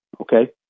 Okay